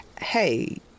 Hey